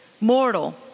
Mortal